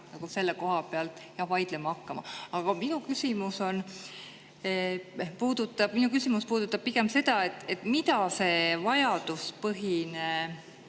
selle koha pealt vaidlema hakkama. Aga minu küsimus puudutab pigem seda, mida see vajaduspõhine